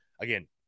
Again